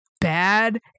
bad